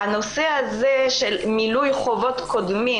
והנושא הזה של מילוי חובות קודמים,